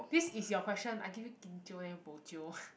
this is your question I give you kim jio then you bo jio